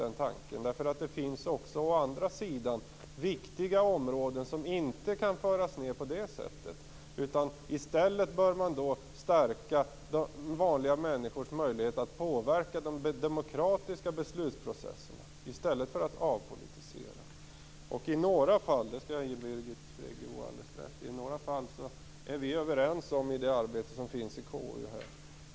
Det finns ju å andra sidan också viktiga områden som inte kan föras ned på det sättet. Där bör man stärka vanliga människors möjlighet att påverka den demokratiska beslutsprocessen i stället för att avpolitisera. I några fall - det skall jag ge Birgit Friggebo rätt i - är vi överens om det arbete som bedrivs i KU.